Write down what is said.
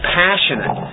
passionate